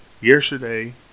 Yesterday